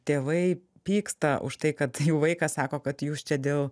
tėvai pyksta už tai kad jų vaikas sako kad jūs čia dėl